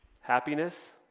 Happiness